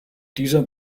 dieser